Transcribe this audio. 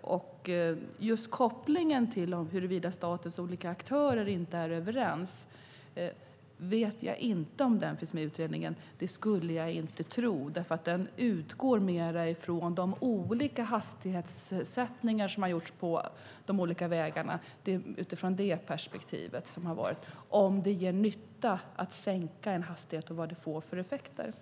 och just kopplingen till huruvida statens olika aktörer inte är överens. Jag vet inte om den finns med i utredningen. Det skulle jag inte tro. Den utgår mer från de olika hastighetssättningar som har gjorts på de olika vägarna. Det är sett utifrån perspektivet om det gör nytta att sänka hastigheter och vad det får för effekter.